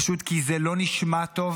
פשוט כי זה לא נשמע טוב